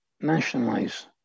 nationalize